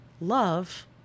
Love